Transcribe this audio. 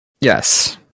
Yes